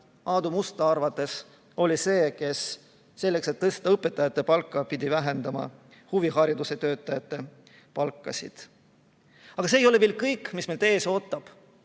Aadu Musta arvates see, kes selleks, et tõsta õpetajate palka, pidi vähendama huvihariduse töötajate palka. Aga see ei ole veel kõik, mis meid ees ootab.